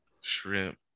shrimp